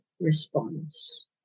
response